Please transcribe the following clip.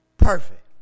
Perfect